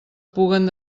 puguen